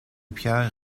pierre